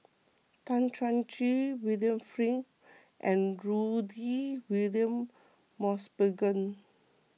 Tan Chuan Jin William Flint and Rudy William Mosbergen